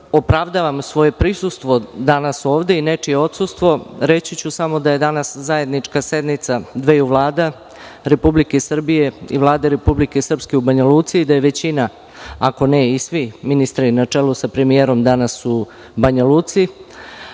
opravdam svoje prisustvo danas ovde i nečije odsustvo, reći ću samo da je danas zajednička sednica dveju vlada – Republike Srbije i Vlade Republike Srpske u Banjaluci i da je većina, ako ne i svi, ministri, na čelu sa premijerom, danas u Banjaluci,